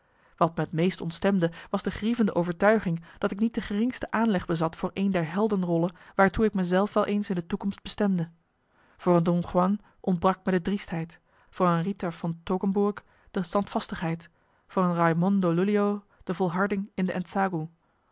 wat me het meest ontstemde was de grievende overtuiging dat ik niet de geringste aanleg bezat voor een der heldenrollen waartoe ik me zelf wel eens in de toekomst bestemde voor een don juan ontbrak me de driestheid voor een ritter von toggenburg de standvastigheid voor een raimondo lullio de volharding in de